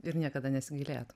ir niekada nesigailėjot